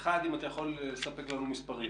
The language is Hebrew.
אחד, אם אתה יכול לספק לנו מספרים.